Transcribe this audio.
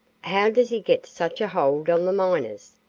how does he get such a hold on the miners?